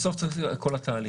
בסוף צריך לראות את כל התהליך.